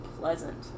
pleasant